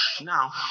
Now